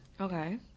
Okay